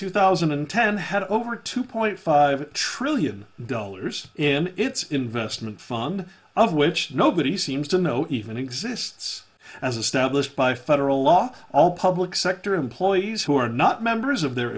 two thousand and ten had over two point five trillion dollars in its investment fund of which nobody seems to know even exists as a stablished by federal law all public sector employees who are not members of their